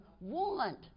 want